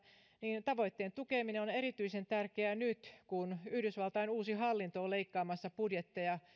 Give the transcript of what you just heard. niin tavoitteen tukeminen on erityisen tärkeää nyt kun yhdysvaltain uusi hallinto on leikkaamassa budjetteja